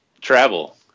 Travel